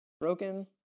Broken